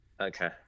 Okay